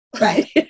right